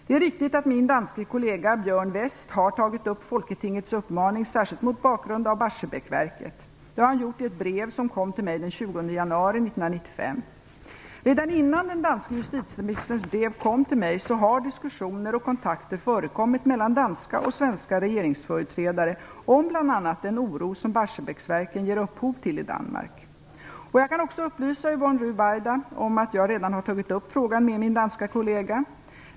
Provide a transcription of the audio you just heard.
Det är riktigt att min danske kollega Björn Westh har tagit upp Folketingets uppmaning särskilt mot bakgrund av Barsebäcksverket. Det har han gjort i ett brev som kom till mig den 20 januari 1995. Redan innan den danske justitieministerns brev kom till mig har diskussioner och kontakter förekommit mellan danska och svenska regeringsföreträdare om bl.a. den oro som Barsebäcksverket ger upphov till i Danmark. Jag kan också upplysa Yvonne Ruwaida om att jag redan har tagit upp frågan med min danske kollega.